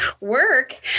work